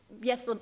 Yes